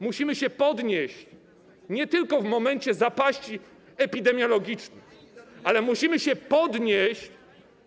Musimy się podnieść nie tylko w momencie zapaści epidemiologicznej, ale musimy się podnieść z zapaści.